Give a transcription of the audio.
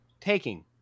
taking